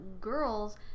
girls